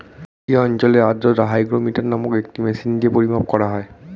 একটি অঞ্চলের আর্দ্রতা হাইগ্রোমিটার নামক একটি মেশিন দিয়ে পরিমাপ করা হয়